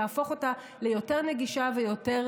ותהפוך אותה ליותר נגישה ויותר